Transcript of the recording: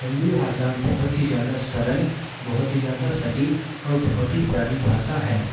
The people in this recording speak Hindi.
हिंदी भाषा बहुत ही ज़्यादा सरल बहुत ही ज़्यादा सटीक और बहुत ही प्यारी भाषा है